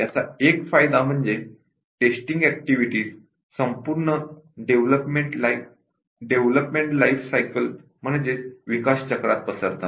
याचा एक मुख्य फायदा म्हणजे टेस्टींग ऍक्टिव्हिटीज संपूर्ण डेव्हलपमेंट लाइफ सायकल मध्ये पसरतात